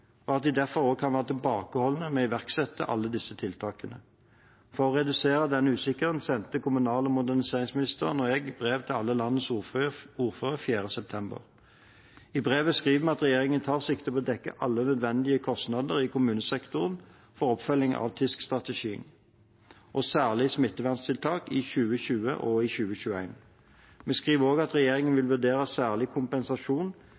og at de derfor kan være tilbakeholdne med å iverksette alle disse tiltakene. For å redusere denne usikkerheten sendte kommunal- og moderniseringsministeren og jeg brev til alle landets ordførere 4. september. I brevet skriver vi at regjeringen tar sikte på å dekke alle nødvendige kostnader i kommunesektoren med oppfølging av TISK-strategien og særskilte smittevernstiltak i 2020 og i 2021. Vi skriver også at regjeringen vil vurdere særskilt kompensasjon